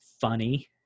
funny